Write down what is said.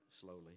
slowly